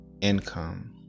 income